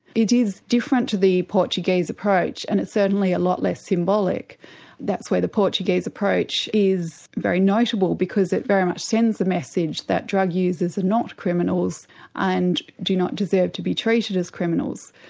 it is different to the portuguese approach and it's certainly a lot less symbolic that's where the portuguese approach is very notable because it very much sends a message that drug users are not criminals and do not deserve to be treated as criminals.